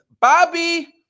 Bobby